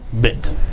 bit